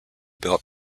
built